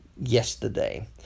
yesterday